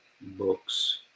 books